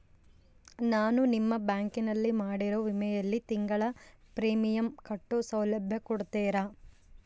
ನಾನು ನಿಮ್ಮ ಬ್ಯಾಂಕಿನಲ್ಲಿ ಮಾಡಿರೋ ವಿಮೆಯಲ್ಲಿ ತಿಂಗಳ ಪ್ರೇಮಿಯಂ ಕಟ್ಟೋ ಸೌಲಭ್ಯ ಕೊಡ್ತೇರಾ?